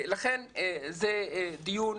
לכן זה דיון,